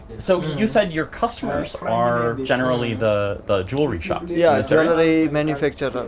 so, you said your customers are generally the the jewelry shops. yeah, certainly. manufacturers.